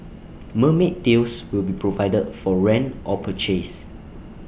mermaid tails will be provided for rent or purchase